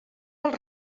dels